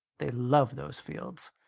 they loved those fields,